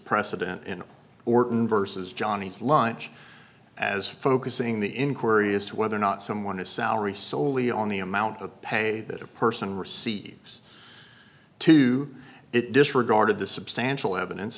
precedent in orton versus johnny's lunch as focusing the inquiry as to whether or not someone is salary soley on the amount of pay that a person receives to it disregarded the substantial evidence